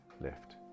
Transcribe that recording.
left